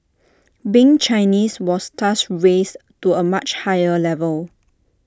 being Chinese was thus raised to A much higher level